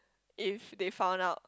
if they found out